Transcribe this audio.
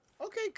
Okay